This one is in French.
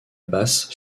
basse